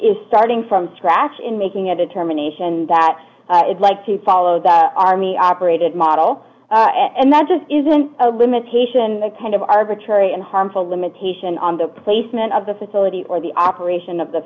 is starting from scratch in making a determination that would like to follow the army operated model and that just isn't a limitation on the kind of arbitrary and harmful limitation on the placement of the facility or the operation of the